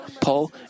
Paul